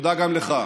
תודה גם לך.